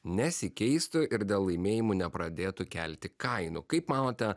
nesikeistų ir dėl laimėjimų nepradėtų kelti kainų kaip manote